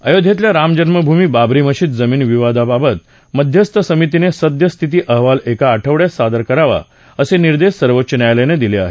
अयोध्येतल्या रामजन्मभूमी बाबरी मशीद जमीन विवादाबाबत मध्यस्थ समितीने सद्यस्थिती अहवाल एका आठवडयात सादर करावा असे निर्देश सर्वोच्च न्यायालयानं दिले आहेत